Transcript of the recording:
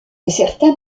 certains